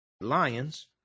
Lions